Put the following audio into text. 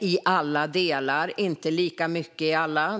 i alla delar, men inte lika mycket i alla.